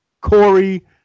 Corey